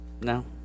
No